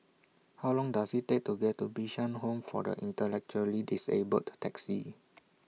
How Long Does IT Take to get to Bishan Home For The Intellectually Disabled Taxi